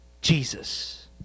Jesus